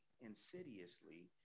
insidiously